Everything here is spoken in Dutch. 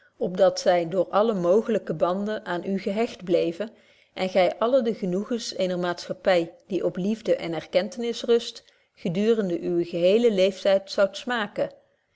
op dat zy door alle mogelyke banden aan u gehecht bleven en gy alle de genoegens eener maatschappy die op liefde en erkentenis rust geduurende uwen geheelen leeftyd zoudt smaken